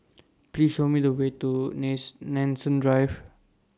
Please Show Me The Way to next Nanson Drive